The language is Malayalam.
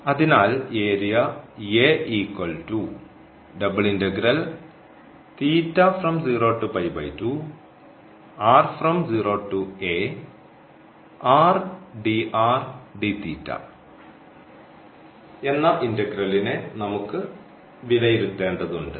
അതിനാൽ എന്ന ഇന്റഗ്രലിനെ നമുക്ക് വിലയിരുത്തേണ്ടതുണ്ട്